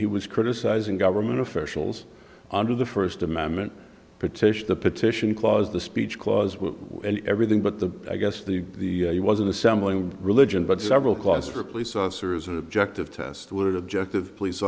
he was criticizing government officials under the first amendment petition the petition clause the speech clause and everything but the i guess the he wasn't assembling religion but several kloster police officers objective test would objective police